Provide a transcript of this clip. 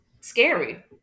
scary